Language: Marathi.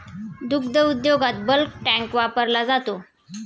दुग्ध उद्योगात बल्क टँक वापरला जातो